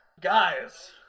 Guys